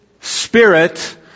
spirit